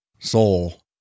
Soul